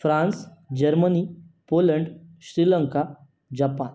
France Germany Poland Sri Lanka Japan